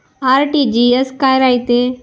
RTGS काय रायते?